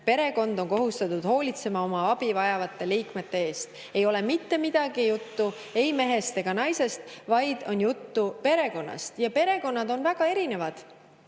Perekond on kohustatud hoolitsema oma abivajavate liikmete eest." Ei ole mitte midagi juttu ei mehest ega naisest, vaid on juttu perekonnast. Perekonnad on väga erinevad: